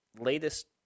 latest